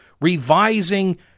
revising